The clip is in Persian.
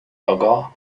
آگاه